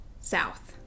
South